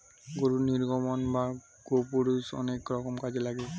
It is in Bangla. গরুর নির্গমন বা গোপুরীষ অনেক রকম কাজে লাগে